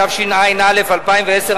התשע"א 2010,